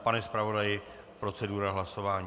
Pane zpravodaji, procedura hlasování.